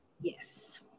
yes